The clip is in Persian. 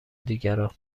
دیگران